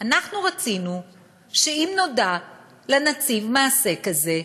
אנחנו רצינו שאם נודע לנציב מעשה כזה,